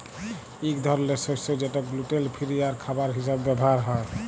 ইক ধরলের শস্য যেট গ্লুটেল ফিরি আর খাবার হিসাবে ব্যাভার হ্যয়